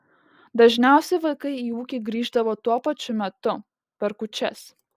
dažniausiai vaikai į ūkį grįždavo tuo pačiu metu per kūčias